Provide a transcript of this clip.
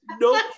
No